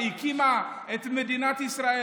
שהקימה את מדינת ישראל,